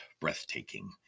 breathtaking